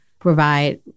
provide